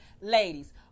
Ladies